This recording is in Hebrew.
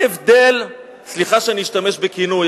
סליחה שאני אשתמש בכינוי,